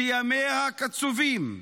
שימיה קצובים,